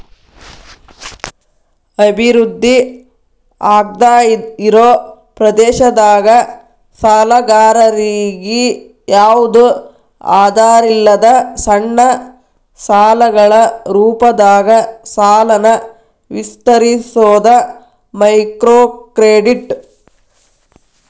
ಅಭಿವೃದ್ಧಿ ಆಗ್ದಾಇರೋ ಪ್ರದೇಶದಾಗ ಸಾಲಗಾರರಿಗಿ ಯಾವ್ದು ಆಧಾರಿಲ್ಲದ ಸಣ್ಣ ಸಾಲಗಳ ರೂಪದಾಗ ಸಾಲನ ವಿಸ್ತರಿಸೋದ ಮೈಕ್ರೋಕ್ರೆಡಿಟ್